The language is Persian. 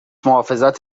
محافظت